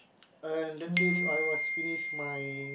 and that is I was finish my